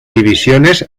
divisiones